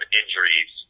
injuries